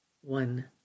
One